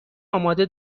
آماده